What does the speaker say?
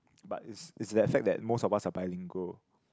but it's it's that fact that most of us are bilingual